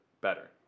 better